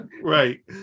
right